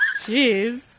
Jeez